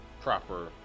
proper